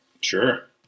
Sure